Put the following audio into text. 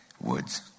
woods